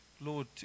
lord